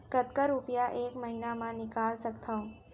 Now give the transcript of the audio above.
कतका रुपिया एक महीना म निकाल सकथव?